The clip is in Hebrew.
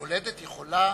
היולדת יכולה